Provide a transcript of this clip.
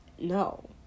No